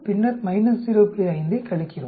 5 ஐக் கழிக்கிறோம்